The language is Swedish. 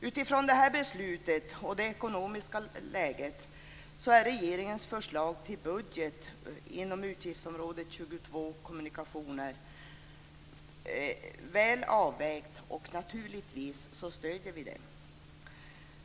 Utifrån detta beslut och det ekonomiska läget är regeringens förslag till budget inom utgiftsområde 22 Kommunikationer väl avvägt. Naturligtvis stöder vi det.